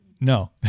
no